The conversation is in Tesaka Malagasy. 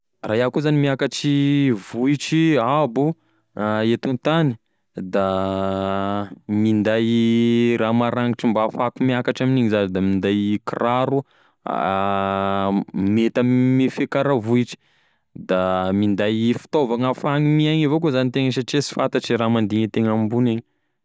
Raha iaho koa zany miakatry vohitry abo eto an-tagny da minday raha maragnitry mba ahafahako miakatra amign'igny za da minday kiraro mety ame fiakara vohitry, da minday fitaovagna ahafahagny miaigny avao koa zany itegna satria sy fantatry e raha mandigny ategna ambony any.